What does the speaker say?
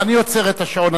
אני עוצר את השעון,